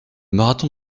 marathon